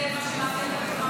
זה מה שמאפיין את החברה הזאת.